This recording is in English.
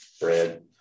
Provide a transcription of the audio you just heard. bread